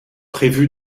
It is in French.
prévu